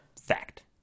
Fact